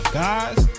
guys